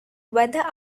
whether